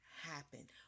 happen